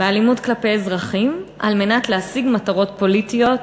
באלימות כלפי אזרחים על מנת להשיג מטרות פוליטיות,